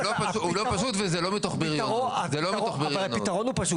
התשכ"ה 1965 (בפרק זה - חוק התכנון והבנייה(